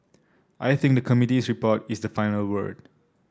I think the committee's report is the final word